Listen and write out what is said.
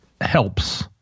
helps